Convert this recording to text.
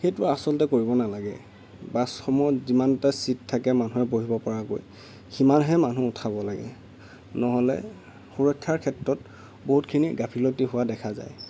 সেইটো আচলতে কৰিব নালাগে বাছসমূহত যিমানটা চিট থাকে মানুহে বহিব পৰাকৈ সিমানহে মানুহ উঠাব লাগে নহ'লে সুৰক্ষাৰ ক্ষেত্ৰত বহুতখিনি গাফিলতি হোৱা দেখা যায়